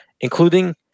including